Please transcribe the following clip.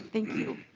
thank you.